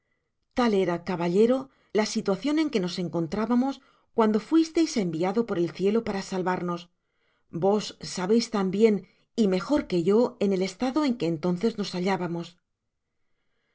tal era caballero la situacion en que nos encontrábamos cuando fuisteis enviado por el cielo para salvarnos vos sabeis tan bien y mejor que yo en el estado en que entonces nos hallábamos